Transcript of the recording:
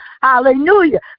Hallelujah